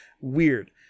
Weird